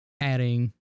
adding